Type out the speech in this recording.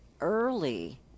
early